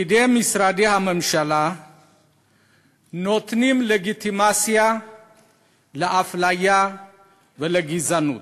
פקידי משרדי הממשלה נותנים לגיטימציה לאפליה ולגזענות.